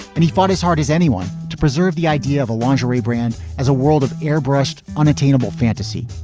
and he fought as hard as anyone to preserve the idea of a lingerie brand as a world of airbrushed, unattainable fantasy.